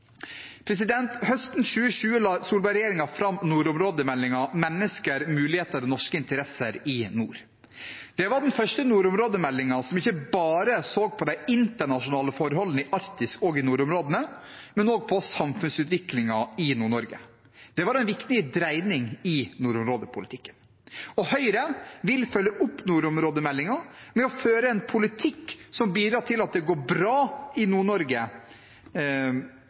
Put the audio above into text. Høsten 2020 la Solberg-regjeringen fram nordområdemeldingen «Mennesker, muligheter og norske interesser i nord». Det var den første nordområdemeldingen som ikke bare så på de internasjonale forholdene i Arktis og i nordområdene, men også på samfunnsutviklingen i Nord-Norge. Det var en viktig dreining i nordområdepolitikken. Høyre vil følge opp nordområdemeldingen med å føre en politikk som bidrar til at det går bra i